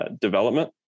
development